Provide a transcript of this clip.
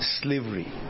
slavery